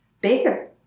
bigger